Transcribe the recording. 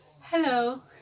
hello